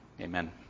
Amen